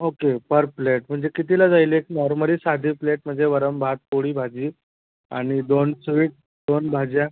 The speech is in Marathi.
ओके पर प्लेट म्हणजे कितीला जाईल एक नॉर्मली साधी प्लेट म्हणजे वरण भात पोळी भाजी आणि दोन स्वीट दोन भाज्या